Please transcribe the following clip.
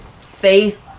faith